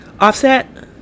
offset